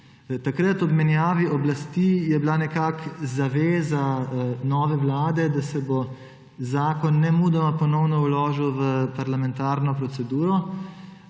Takrat ob menjavi oblasti je bila nekako zaveza nove vlade, da se bo zakon nemudoma ponovno vložil v parlamentarno proceduro,